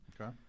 Okay